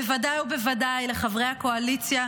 בוודאי ובוודאי לחברי הקואליציה,